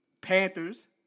Panthers